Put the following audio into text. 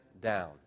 down